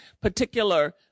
particular